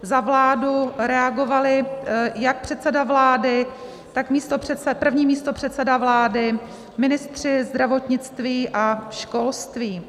Za vládu reagovali jak předseda vlády, tak první místopředseda vlády, ministři zdravotnictví a školství.